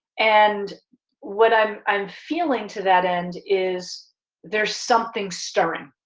and what i'm i'm feeling to that end is there's something stirring.